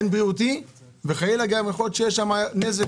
הן בריאותית וחלילה יכול להיות שיהיה שם נזק